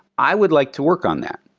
i would like to work on that.